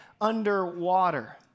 underwater